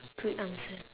good answer